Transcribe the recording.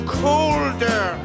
colder